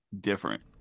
different